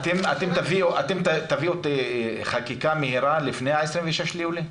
אתם תביאו חקיקה מהירה לפני ה-26 ביולי?